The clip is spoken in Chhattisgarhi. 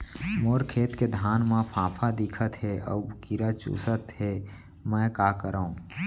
मोर खेत के धान मा फ़ांफां दिखत हे अऊ कीरा चुसत हे मैं का करंव?